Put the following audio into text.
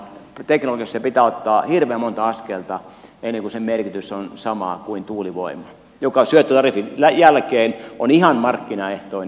teknologiassa sen pitää ottaa hirveän monta askelta ennen kuin sen merkitys on sama kuin tuulivoiman joka syöttötariffin jälkeen on ihan markkinaehtoinen